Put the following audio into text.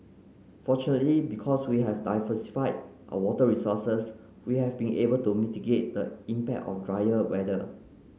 fortunately because we have diversified our water resources we have been able to mitigate the impact of drier weather